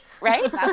right